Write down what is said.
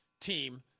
team